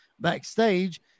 backstage